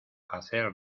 hacer